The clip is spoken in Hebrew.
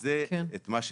וזה מה שתיארתי.